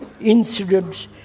incidents